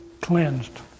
cleansed